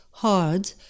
hard